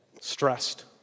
Stressed